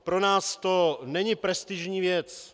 Pro nás to není prestižní věc.